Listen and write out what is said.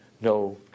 No